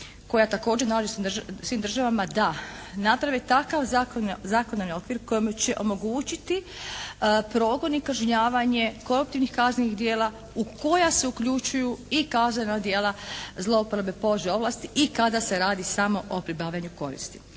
koja također nalaže svim državama da naprave takav zakonodavni okvir kojim će omogućiti progon i kažnjavanje koruptivnih kaznenih djela u koja se uključuju i kaznena djela zlouporabe položaja ovlasti i kada se radi samo o pribavljanju koristi.